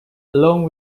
along